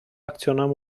acționăm